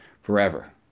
forever